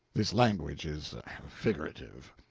this language is figurative.